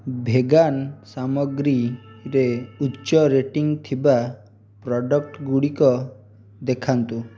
vegan ସାମଗ୍ରୀରେ ଉଚ୍ଚ rating ଥିବା ପ୍ରଡ଼କ୍ଟ ଗୁଡ଼ିକ ଦେଖାନ୍ତୁ